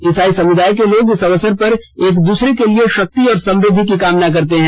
इसाई समुदाय के लोग इस अवसर पर एक दूसरे के लिए शक्ति और समृद्धि की कामना करते हैं